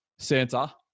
Santa